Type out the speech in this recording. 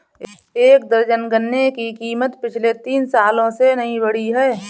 एक दर्जन गन्ने की कीमत पिछले तीन सालों से नही बढ़ी है